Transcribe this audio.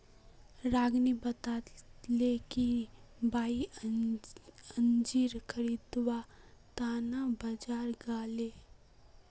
रागिनी बताले कि वई अंजीर खरीदवार त न बाजार गेले